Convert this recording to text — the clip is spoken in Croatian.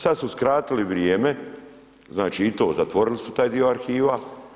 Sada su skratili vrijeme, znači i to zatvorili su taj dio arhiva.